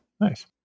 Nice